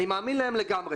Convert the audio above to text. אני מאמין להם לגמרי,